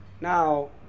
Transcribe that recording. Now